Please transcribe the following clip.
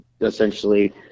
essentially